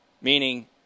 Meaning